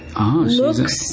looks